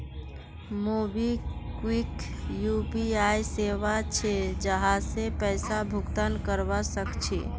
MobiKwik UPI सेवा छे जहासे पैसा भुगतान करवा सक छी